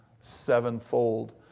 sevenfold